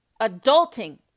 adulting